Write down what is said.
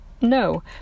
no